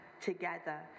together